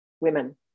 women